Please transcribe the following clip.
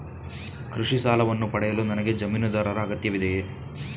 ಕೃಷಿ ಸಾಲವನ್ನು ಪಡೆಯಲು ನನಗೆ ಜಮೀನುದಾರರ ಅಗತ್ಯವಿದೆಯೇ?